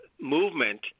movement